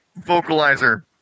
vocalizer